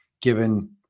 given